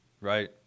Right